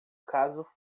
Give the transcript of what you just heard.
caso